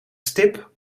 stip